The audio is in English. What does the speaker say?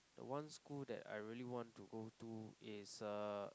the one school that I really want to go to is uh